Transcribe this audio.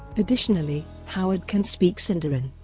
additionally, howard can speak sindarin,